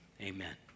Amen